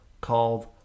called